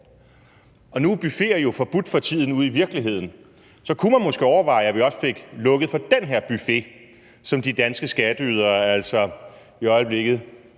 Nu er buffeter jo forbudt for tiden ude i virkeligheden, og så kunne man måske overveje også at få lukket for den her buffet, som de danske skatteydere altså i øjeblikket,